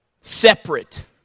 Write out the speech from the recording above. separate